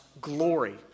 glory